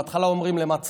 בהתחלה אומרים: למה צריך?